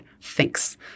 thinks